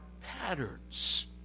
patterns